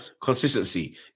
consistency